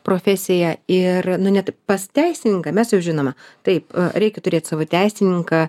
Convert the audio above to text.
profesija ir nu net pas teisininką mes jau žinome taip reikia turėt savo teisininką